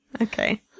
Okay